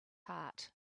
heart